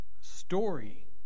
story